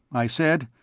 i said.